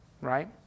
right